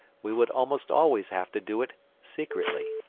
we would almost always have to do it secretly.